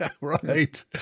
Right